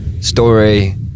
story